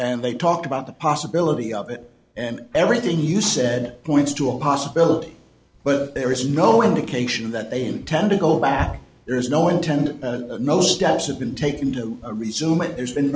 and they talked about the possibility of it and everything you said points to a possibility but there is no indication that they intend to go back there's no intend no steps have been taken to resume it there's been